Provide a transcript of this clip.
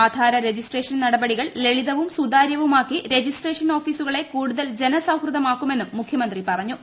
ആധാര രജിസ്ട്രേഷൻ നടപടികൾ ലളിതവും സുതാര്യവുമാക്കി രജിസ്ട്രേഷൻ ഓഫീസുകളെ കൂടുതൽ ജനസൌഹൃദമാക്കുമെന്നും മുഖൃമന്ത്രി പറഞ്ഞു